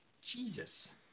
Jesus